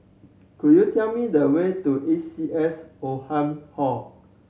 could you tell me the way to A C S Oldham Hall